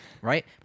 Right